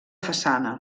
façana